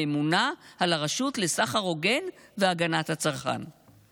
הממונה על הרשות להגנת הצרכן ולסחר הוגן,